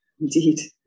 indeed